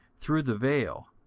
through the veil,